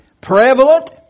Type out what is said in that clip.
prevalent